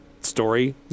story